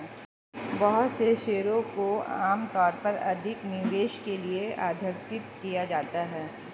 बहुत से शेयरों को आमतौर पर अधिक निवेश के लिये उद्धृत किया जाता है